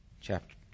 Chapter